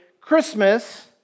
Christmas